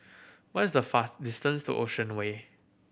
what is the fast distance to Ocean Way